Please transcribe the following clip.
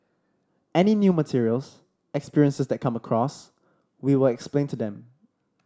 any new materials experiences that come across we will explain to them